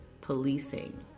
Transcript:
policing